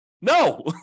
No